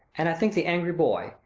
and i think the angry boy,